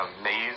amazing